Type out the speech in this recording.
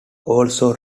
also